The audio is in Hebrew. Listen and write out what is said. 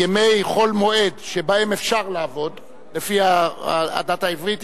ימי חול המועד שבהם אפשר לעבוד לפי הדת העברית,